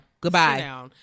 goodbye